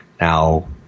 Now